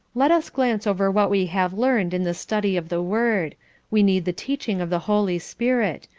let us glance over what we have learned in the study of the word we need the teaching of the holy spirit.